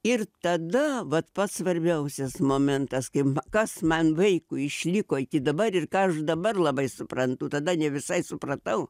ir tada vat pats svarbiausias momentas kai kas man vaikui išliko iki dabar ir ką aš dabar labai suprantu tada ne visai supratau